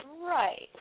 Right